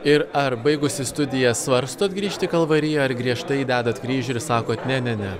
ir ar baigusi studijas svarstot grįžti į kalvariją ar griežtai dedat kryžių ir sakot ne ne ne